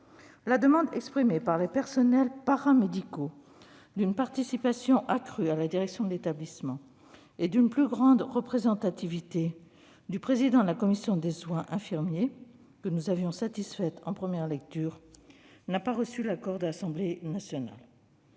la demande exprimée par les personnels paramédicaux d'une participation accrue à la direction de l'établissement et d'une plus grande représentativité du président de la commission des soins infirmiers, que nous avions satisfaite en première lecture, n'a pas été acceptée par l'Assemblée nationale.